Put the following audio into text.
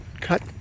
cut